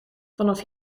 vanaf